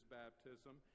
baptism